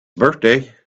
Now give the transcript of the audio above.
birthday